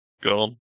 gone